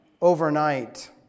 overnight